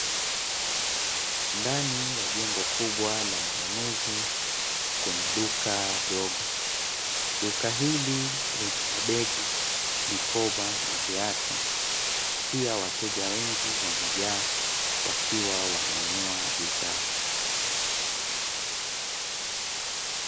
Ndani ya jengo kubwa la manunuzi, kuna duka dogo. Duka hili lina mabegi, mikoba na viatu pia wateja wengi wamejaa wakiwa wananunua bidhaa.